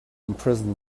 imprison